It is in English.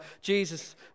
Jesus